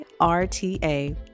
RTA